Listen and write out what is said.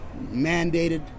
Mandated